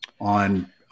on